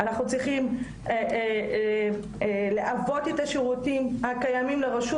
אנחנו צריכים לעבות את השירותים הקיימים לרשות